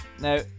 Now